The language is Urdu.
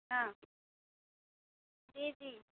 ہاں جی جی